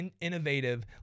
innovative